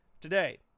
today